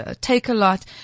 Take-A-Lot